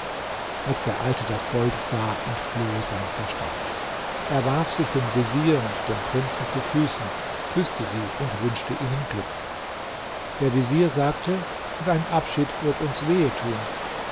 als der alte das gold sah entfloh sein verstand er warf sich dem vezier und dem prinzen zu füßen küßte sie und wünschte ihnen glück der vezier sagte dein abschied wird uns wehe